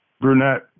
brunette